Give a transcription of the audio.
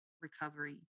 recovery